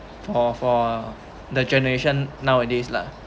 for for the generation nowadays lah